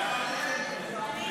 ההצעה